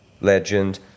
legend